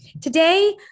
Today